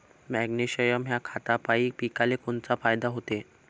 Magnesium ह्या खतापायी पिकाले कोनचा फायदा होते?